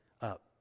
up